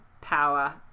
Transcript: power